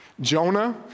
Jonah